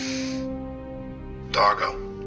Dargo